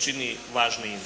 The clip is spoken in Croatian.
čini važnijim.